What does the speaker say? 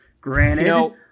Granted